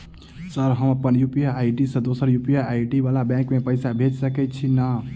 Sir हम अप्पन UPI ID सँ दोसर यु.पी.आई आई.डी वला केँ पैसा भेजि सकै छी नै?